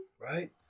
Right